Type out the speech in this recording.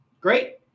Great